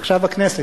עכשיו הכנסת.